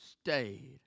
stayed